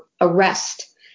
arrest